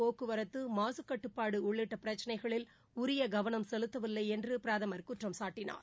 போக்குவரத்து மாகக்கட்டுப்பாடு உள்ளிட்ட பிரச்னைகளில் உரிய கவனம் செலுத்தவில்லை என்று பிரதமர் குற்றம் சாட்டினார்